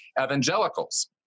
evangelicals